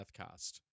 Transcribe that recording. Deathcast